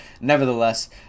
nevertheless